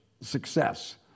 success